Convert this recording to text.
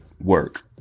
Work